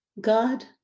God